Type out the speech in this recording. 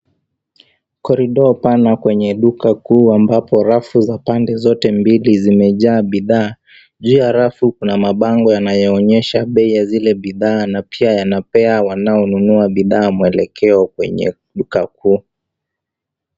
Korido pana kwenye duka kuu ambapo rafu za pande zote mbili zimejaa bidhaa. Juu ya rafu kuna mabango yanayoonyesha bei ya zile bidhaa na pia yanapea wanaonunua bidhaa mwelekeo kwenye duka kuu.